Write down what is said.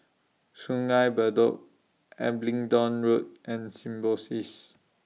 Sungei Bedok Abingdon Road and Symbiosis